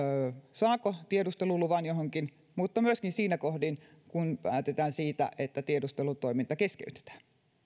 saako tiedusteluluvan johonkin mutta myöskin siinä kohdin kun päätetään siitä että tiedustelutoiminta keskeytetään